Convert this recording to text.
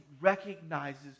recognizes